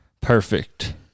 Perfect